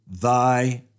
Thy